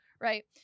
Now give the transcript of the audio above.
right